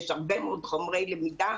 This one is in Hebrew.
יש הרבה מאוד חומרי למידה.